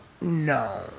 No